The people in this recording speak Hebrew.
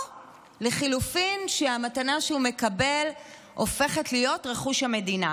או לחלופין שהמתנה שהוא מקבל הופכת להיות רכוש המדינה.